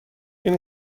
این